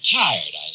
tired